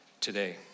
today